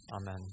Amen